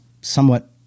somewhat –